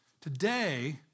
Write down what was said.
today